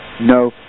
No